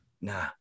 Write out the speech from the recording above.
Nah